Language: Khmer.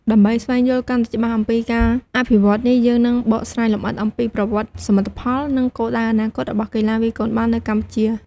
ដើម្បីស្វែងយល់កាន់តែច្បាស់អំពីការអភិវឌ្ឍន៍នេះ យើងនឹងបកស្រាយលម្អិតអំពីប្រវត្តិ សមិទ្ធផល និងគោលដៅអនាគតរបស់កីឡាវាយកូនបាល់នៅកម្ពុជា។